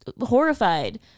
Horrified